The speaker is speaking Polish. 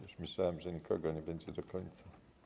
Już myślałem, że nikogo nie będzie do końca.